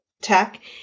tech